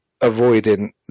Avoiding